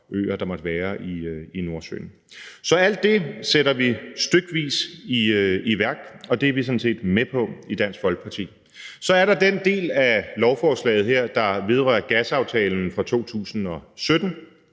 øer, der måtte være i Nordsøen. Så alt det sætter vi stykvis i værk, og det er vi sådan set med på i Dansk Folkeparti. Så er der den del af lovforslaget her, der vedrører gasaftalen fra 2017,